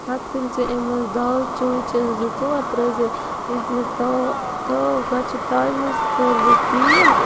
پَتہٕ تُلۍزِ اَمہِ منٛز دال چونٛچہِ زٕ ژور ترٛٲیزِ یَتھ مَنٛز تاو تٲو گۄڈٕ چھِ تایہِ منٛز کٲرۍزِ تیٖل